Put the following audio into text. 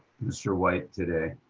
mr. white today,